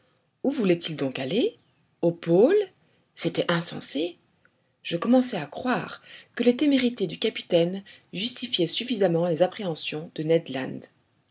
où voulait-il donc aller au pôle c'était insensé je commençai à croire que les témérités du capitaine justifiaient suffisamment les appréhensions de